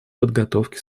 подготовке